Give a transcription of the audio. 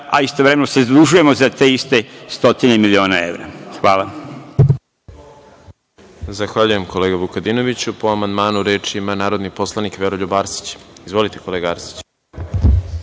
a istovremeno se zadužujemo za te iste stotine miliona evra. Hvala.